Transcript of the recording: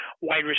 wide